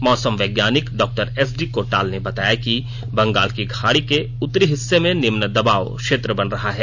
मौसम वैज्ञानिक डॉ एसडी कोटाल ने बताया कि बंगाल की खाड़ी के उत्तरी हिस्से में निम्न दबाव क्षेत्र बन रहा है